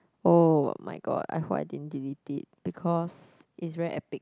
oh-my-god I hope I didn't delete it because it's very epic